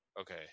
Okay